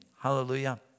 Hallelujah